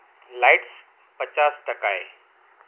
lights પચાસ ટકાએ